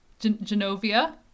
Genovia